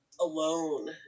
alone